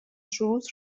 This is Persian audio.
شروط